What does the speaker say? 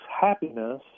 happiness